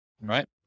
right